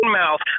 mouth